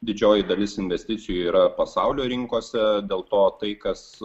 didžioji dalis investicijų yra pasaulio rinkose dėl to tai kas